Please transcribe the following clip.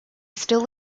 still